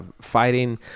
fighting